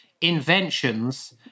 inventions